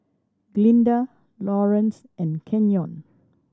Glinda Laurance and Kenyon